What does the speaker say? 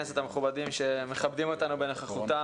שלום רב לחברי הכנסת המכובדים שמכבדים אותנו בנוכחותם.